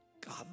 God